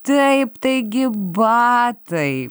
taip taigi batai